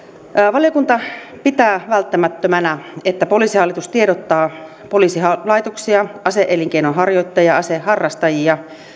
valiokunta pitää välttämättömänä että poliisihallitus tiedottaa poliisilaitoksia ase elinkeinon harjoittajia aseharrastajia